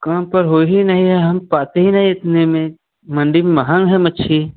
काम पर हो ही नहीं है हम पाते ही नहीं इतने में मंडी में महान है मच्छी